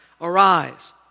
arise